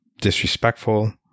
disrespectful